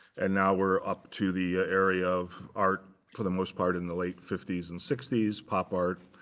and now, we're up to the area of art, for the most part, in the late fifty s and sixty s, pop art.